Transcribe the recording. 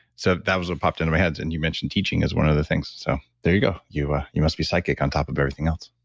so that was what popped into my head. and you mentioned teaching as one of the things. so there you go. you ah you must be psychic on top of everything else.